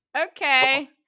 okay